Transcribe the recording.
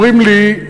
אומרים לי,